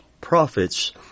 prophets